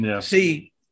See